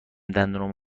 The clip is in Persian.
دندونامو